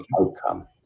Outcome